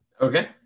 Okay